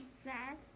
Sad